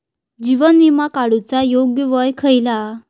जीवन विमा काडूचा योग्य वय खयला?